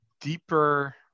deeper